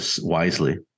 wisely